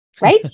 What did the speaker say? Right